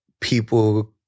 people